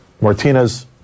Martinez